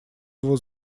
его